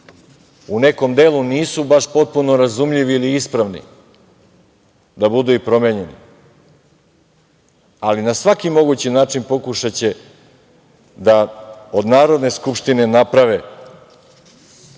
u nekom delu nisu baš potpuno razumljivi ili ispravni, da budu i promenjeni. Ali, na svaki mogući način pokušaće da od Narodne skupštine naprave